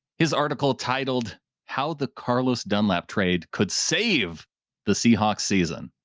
his article titled how the carlos dunlap trade could save the seahawks season.